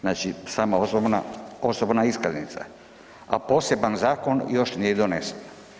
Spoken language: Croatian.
Znači sama osobna iskaznica, a poseban zakon još nije donesen.